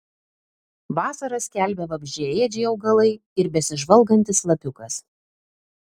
vasarą skelbia vabzdžiaėdžiai augalai ir besižvalgantis lapiukas